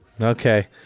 Okay